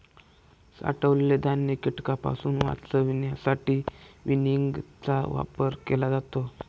साठवलेले धान्य कीटकांपासून वाचवण्यासाठी विनिंगचा वापर केला जातो